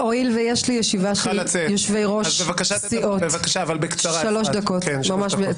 לכן ההמלצה שלי היא להסתפק בכך שמעבר לשני מינויים הדרישה